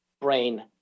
brain